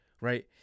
Right